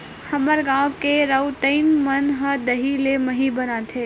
हमर गांव के रउतइन मन ह दही ले मही बनाथे